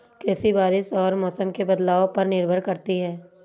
कृषि बारिश और मौसम के बदलाव पर निर्भर करती है